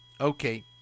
Okay